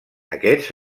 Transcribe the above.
aquests